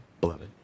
beloved